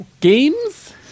Games